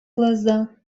глаза